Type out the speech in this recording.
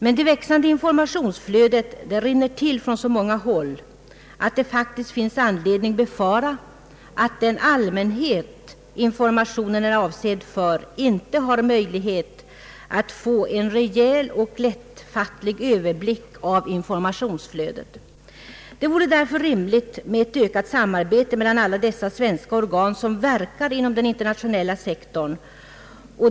Men det växande informationsflödet rinner = till från så många håll att det faktiskt finns anledning befara att den allmänhet informationen är avsedd för inte har möjlighet att få en rejäl och lättfattlig överblick av all denna information. Det vore därför rimligt med ett ökat samarbete mellan alla dessa svenska organ som verkar inom den internationella sektorn.